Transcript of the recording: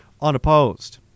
unopposed